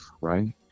right